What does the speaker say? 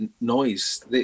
noise